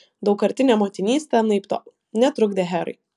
daugkartinė motinystė anaiptol netrukdė herai